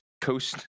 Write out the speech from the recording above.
coast